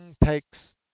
takes